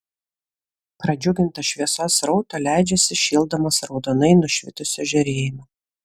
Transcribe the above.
pradžiugintas šviesos srauto leidžiasi šildomas raudonai nušvitusio žėrėjimo